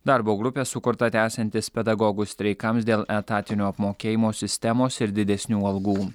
darbo grupė sukurta tęsiantis pedagogų streikams dėl etatinio apmokėjimo sistemos ir didesnių algų